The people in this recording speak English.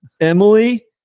emily